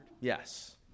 Yes